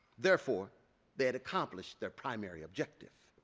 therefore they had accomplished their primary objective.